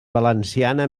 valenciana